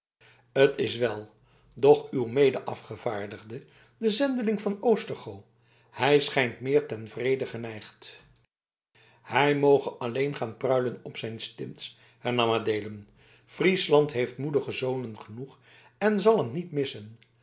t is wel doch uw mede afgevaardigde de zendeling van oostergoo hij schijnt meer ten vrede geneigd hij moge alleen gaan pruilen op zijn stins hernam adeelen friesland heeft moedige zonen genoeg en zal hem niet missen